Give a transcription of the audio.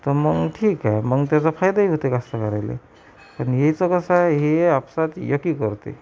तर मग ठीक आहे मग त्याचा फायदाही होते कष्टकर्याला आणि हेच कसं आहे हे आपसात एकी करते